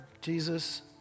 Jesus